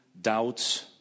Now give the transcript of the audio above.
doubts